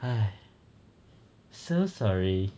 !hais! so sorry